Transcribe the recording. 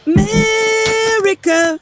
America